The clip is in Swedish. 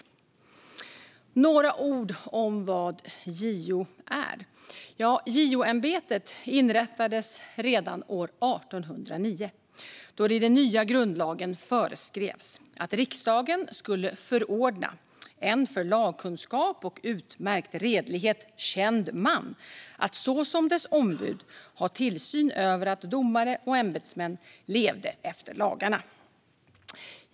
Jag ska säga några ord om vad JO är. JO-ämbetet inrättades redan år 1809 då det i den nya grundlagen föreskrevs att riksdagen skulle förordna en för lagkunskap och utmärkt redlighet känd man att så som dess ombud ha tillsyn över att domare och ämbetsmän levde efter lagarna.